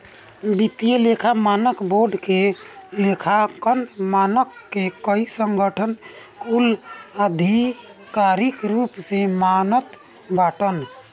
वित्तीय लेखा मानक बोर्ड के लेखांकन मानक के कई संगठन कुल आधिकारिक रूप से मानत बाटन